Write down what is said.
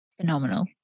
Phenomenal